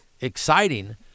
exciting